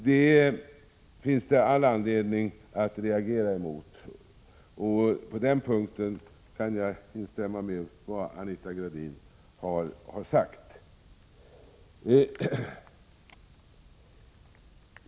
Detta finns det all anledning att reagera mot, och på den punkten kan jag instämma i vad Anita Gradin har sagt.